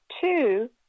two